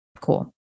cool